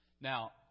Now